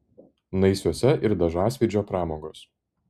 naisiuose ir dažasvydžio pramogos